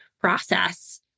process